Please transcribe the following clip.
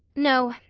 no,